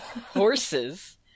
Horses